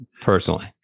Personally